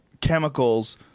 chemicals